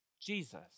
Jesus